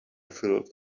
filled